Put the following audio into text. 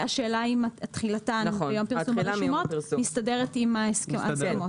והשאלה אם תחילתן ביום פרסומן ברשומות מסתדרת עם ההסכמות.